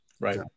Right